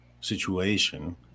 situation